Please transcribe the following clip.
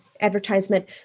advertisement